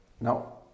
no